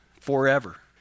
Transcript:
forever